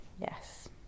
Yes